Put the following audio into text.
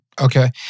Okay